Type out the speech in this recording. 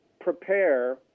prepare